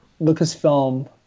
Lucasfilm